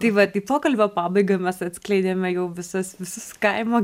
tai vat į pokalbio pabaigą mes atskleidėme jau visas visus kaimo